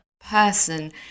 person